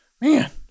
man